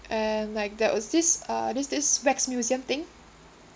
and like there was this uh this this wax museum thing